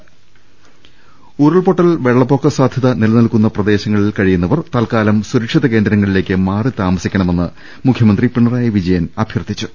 രുട്ട്ട്ട്ട്ട്ട്ട്ട ഉരുൾപൊട്ടൽ വെള്ളപൊക്ക സാധൃത നിലനിൽക്കുന്ന പ്രദേശങ്ങളിൽ കഴിയുന്നവർ തൽക്കാലം സുരക്ഷിത കേന്ദ്രങ്ങളിലേക്ക് മാറിത്താമസിക്ക ണമെന്ന് മുഖ്യമന്ത്രി പിണറായി വിജയൻ ആവശ്യപ്പെട്ടു